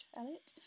elliot